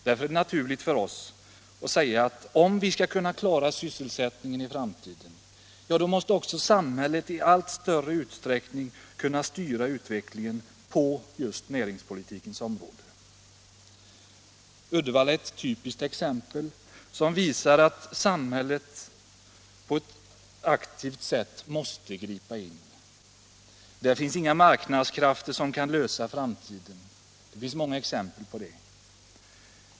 Därför är det naturligt för oss att säga att om vi skall kunna klara sysselsättningen i framtiden måste också samhället i större utsträckning kunna styra utvecklingen på näringspolitikens område. Uddevalla är ett typiskt exempel som visar att samhället på ett aktivt sätt måste gripa in. Där finns inga marknadskrafter att lita till för framtiden.